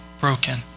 broken